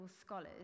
scholars